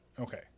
okay